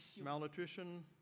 malnutrition